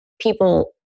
people